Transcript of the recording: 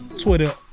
twitter